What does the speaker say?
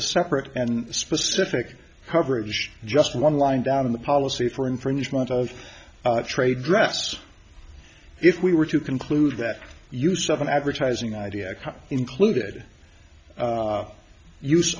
a separate and specific coverage just one line down in the policy for infringement of trade dress if we were to conclude that use of an advertising idea included u